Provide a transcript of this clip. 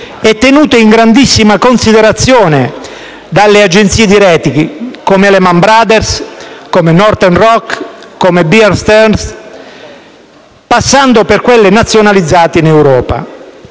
tenute in grandissima considerazione da agenzie di *rating* come Lehman Brothers, Northern Rock, Bear Stearns, passando per quelle nazionalizzate in Europa.